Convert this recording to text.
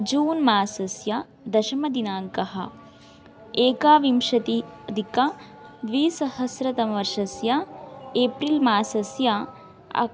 जून् मासस्य दशमदिनाङ्कः एकविंशति अधिकद्विसहस्रतमवर्षस्य एप्रिल् मासस्य